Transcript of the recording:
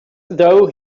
though